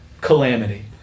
calamity